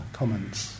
comments